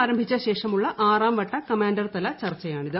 ആരംഭിച്ച ശേഷമുള്ള ആറാം വട്ട കമാൻഡർതല ചർച്ചയാണിത്